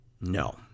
No